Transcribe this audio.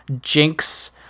Jinx